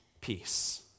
peace